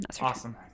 Awesome